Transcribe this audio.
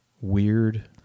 Weird